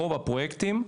ברוב הפרויקטים,